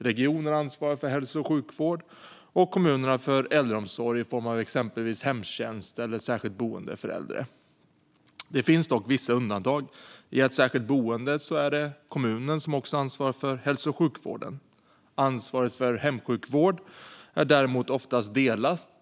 Regionerna ansvarar för hälso och sjukvård och kommunerna för äldreomsorg i form av exempelvis hemtjänst eller särskilt boende för äldre. Det finns dock vissa undantag. I ett särskilt boende är det kommunen som ansvarar för hälso och sjukvården. Ansvaret för hemsjukvård är däremot oftast delat.